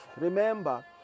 remember